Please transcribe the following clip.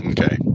Okay